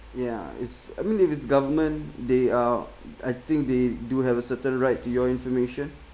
ya it's I mean if it's government they are I think they do have a certain right to your information